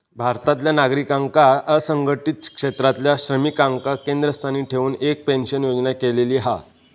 भारतातल्या नागरिकांका असंघटीत क्षेत्रातल्या श्रमिकांका केंद्रस्थानी ठेऊन एक पेंशन योजना केलेली हा